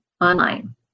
online